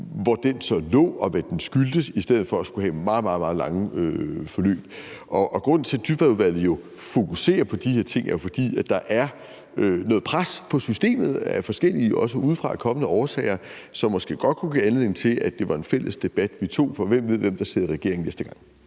hvor fejl så lå, og hvad den skyldtes, i stedet for at skulle have meget, meget lange forløb. Grunden til, at Dybvadudvalget fokuserer på de her ting, er jo, at der er noget pres på systemet af forskellige også udefra kommende årsager, som måske godt kunne give anledning til at tage en fælles debat, for hvem ved, hvem der sidder i regering næste gang?